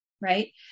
right